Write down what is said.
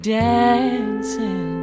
dancing